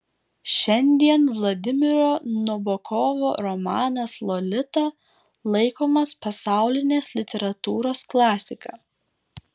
šiandien vladimiro nabokovo romanas lolita laikomas pasaulinės literatūros klasika